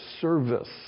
service